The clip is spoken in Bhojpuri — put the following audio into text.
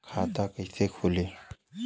खाता कइसे खुली?